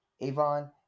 Avon